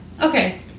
Okay